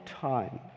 time